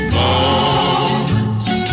moments